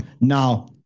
now